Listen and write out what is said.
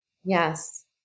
Yes